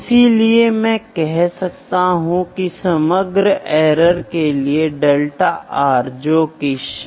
इसलिए यहां हम उस पावर के बारे में बात करने की कोशिश करते हैं जो इसमें शामिल है